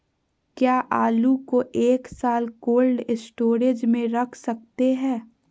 क्या आलू को एक साल कोल्ड स्टोरेज में रख सकते हैं?